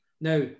Now